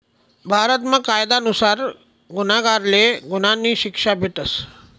भारतमा कायदा नुसार गुन्हागारले गुन्हानी शिक्षा भेटस